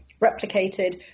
replicated